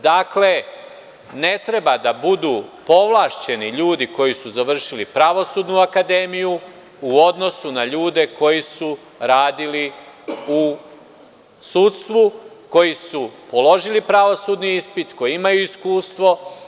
Dakle, ne treba da budu povlašćeni ljudi koji su završili pravosudnu akademiju u odnosu na ljude koji su radili u sudstvu, koji su položili pravosudni ispit, koji imaju iskustvo.